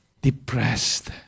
depressed